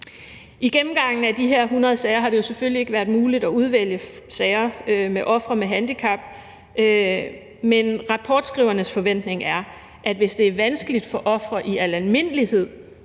I gennemgangen af de her 100 sager har det selvfølgelig ikke været muligt at udvælge sager med ofre med handicap, men rapportskrivernes forventning er, at hvis det er vanskeligt for ofre i al almindelighed